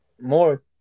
more